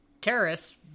terrorists